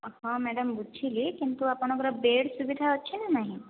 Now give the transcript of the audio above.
ହଁ ମ୍ୟାଡ଼ାମ ବୁଝିଲି କିନ୍ତୁ ଆପଣଙ୍କର ବେଡ଼ ସୁବିଧା ଅଛି ନା ନାହିଁ